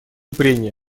прения